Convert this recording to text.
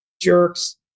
jerks